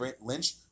Lynch